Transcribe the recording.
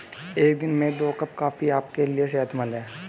एक दिन में दो कप कॉफी आपके लिए सेहतमंद है